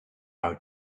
how